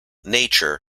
nature